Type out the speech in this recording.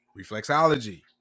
reflexology